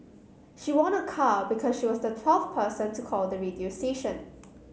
she won a car because she was the twelve person to call the radio station